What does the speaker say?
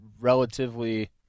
relatively